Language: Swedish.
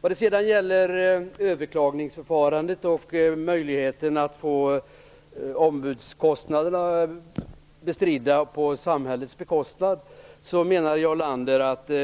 Vad sedan gäller möjligheten att få ombudskostnaderna i ett överklagningsförfarande bestridda av samhället menar Jarl Lander att man